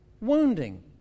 wounding